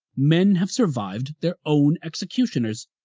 men have survived their own executioners.